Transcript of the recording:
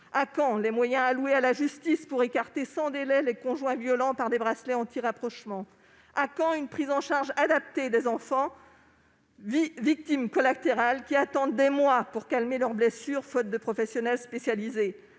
justice les moyens dont elle a besoin pour écarter sans délai les conjoints violents par des bracelets anti-rapprochement ? À quand une prise en charge adaptée des enfants, victimes collatérales, qui attendent des mois pour calmer leurs blessures faute de professionnels spécialisés ?